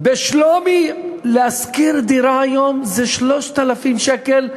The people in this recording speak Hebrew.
בשלומי לשכור דירה היום זה 3,000 שקל,